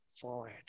forward